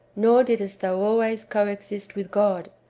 nor didst thou always co-exist with god,